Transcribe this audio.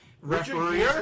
Referee